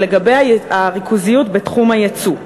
לגבי הריכוזיות בתחום היצוא.